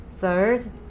third